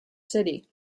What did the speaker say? city